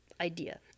idea